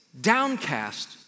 downcast